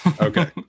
Okay